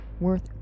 worth